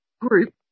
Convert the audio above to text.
group